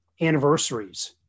anniversaries